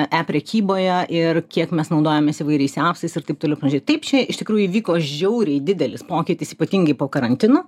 e prekyboje ir kiek mes naudojamės įvairiais epsais ir taip toliau pradžiai taip čia iš tikrųjų įvyko žiauriai didelis pokytis ypatingai po karantino